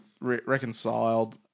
reconciled